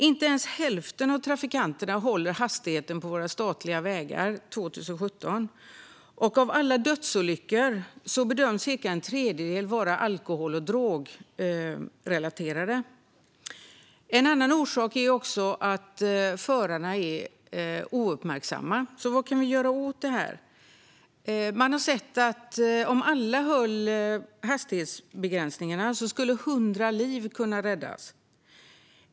Inte ens hälften av trafikanterna höll hastigheten på våra statliga vägar 2017, och av alla dödsolyckor bedöms ungefär en tredjedel vara alkohol eller drogrelaterade. En annan orsak är att förarna är ouppmärksamma. Vad kan vi göra åt det här? Man har sett att om alla höll hastighetsbegränsningarna skulle 100 liv kunna räddas.